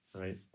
right